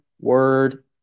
word